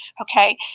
Okay